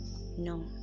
No